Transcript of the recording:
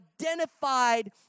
identified